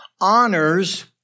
honors